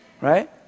Right